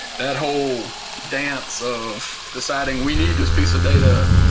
that whole dance of deciding we need this piece of data,